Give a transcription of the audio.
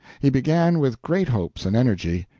he began with great hopes and energy.